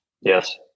Yes